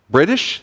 British